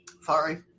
Sorry